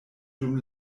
dum